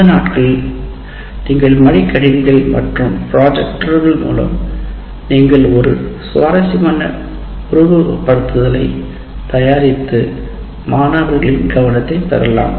இந்த நாட்களில் நீங்கள் மடிக்கணினிகள் மற்றும் ப்ரொஜெக்டர்கள் மூலம் நீங்கள் ஒரு சுவாரஸ்யமான உருவகப்படுத்துதலைத் தயாரித்து மாணவர்களின் கவனத்தை பெறலாம்